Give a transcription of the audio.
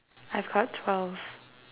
I've got twelve